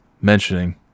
mentioning